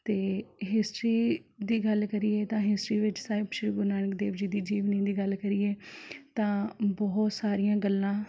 ਅਤੇ ਹਿਸਟਰੀ ਦੀ ਗੱਲ ਕਰੀਏ ਤਾਂ ਹਿਸਟਰੀ ਵਿੱਚ ਸਾਹਿਬ ਸ਼੍ਰੀ ਗੁਰੂ ਨਾਨਕ ਦੇਵ ਜੀ ਦੀ ਜੀਵਨੀ ਦੀ ਗੱਲ ਕਰੀਏ ਤਾਂ ਬਹੁਤ ਸਾਰੀਆਂ ਗੱਲਾਂ